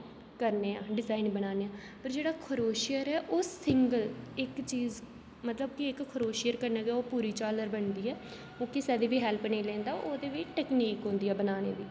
करने आं डिज़ाइन बनाने पर जेह्ड़ा खरोशिया ऐ ओह् सिंगल इक चीज मतलब कि इक खरोशियर कन्नै गै ओह् पूरी झाल्लर बनदी ऐ ओह् किसै दी बी हेल्प निं लैंदा ओह्दी बी टेक्निक होंदी ऐ बनाने दी